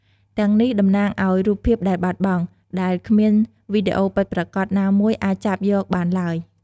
ទាំងនេះ តំណាងឱ្យ "រូបភាពដែលបាត់បង់" ដែលគ្មានវីដេអូពិតប្រាកដណាមួយអាចចាប់យកបានឡើយ។